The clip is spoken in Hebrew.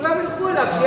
וכולם ילכו אליו.